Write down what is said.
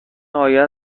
آیه